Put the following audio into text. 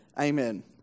amen